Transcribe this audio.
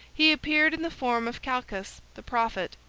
he appeared in the form of calchas the prophet,